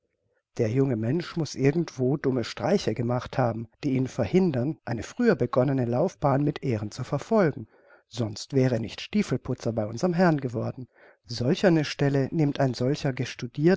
der junge mensch muß irgendwo dumme streiche gemacht haben die ihn verhindern eine früher begonnene laufbahn mit ehren zu verfolgen sonst wär er nicht stiefelputzer bei unserm herrn geworden solch eine stelle nimmt ein solcher